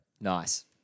Nice